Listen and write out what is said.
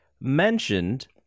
mentioned